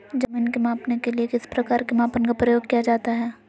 जमीन के मापने के लिए किस प्रकार के मापन का प्रयोग किया जाता है?